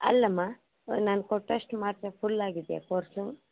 ಅಲ್ಲಮ್ಮ ನಾನು ಕೊಟ್ಟಷ್ಟು ಮಾತ್ರೆ ಫುಲ್ ಆಗಿದೆಯಾ ಕೋರ್ಸು